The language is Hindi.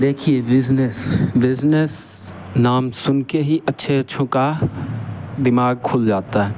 देखिए बिज़नेस बिजनेस नाम सुन के ही अच्छे अच्छों का दिमाग खुल जाता है